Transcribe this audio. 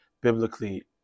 biblically